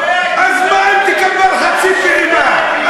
אז מה אם תקבל חצי פעימה?